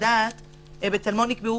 לנושא הזה בלוח זמנים קצר בגלל הדחיפות